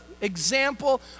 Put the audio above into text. example